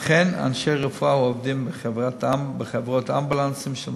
וכן אנשי רפואה או עובדים בחברות אמבולנסים של מגן-דוד-אדום,